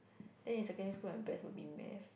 then in secondary school my best would be Math